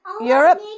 Europe